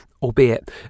albeit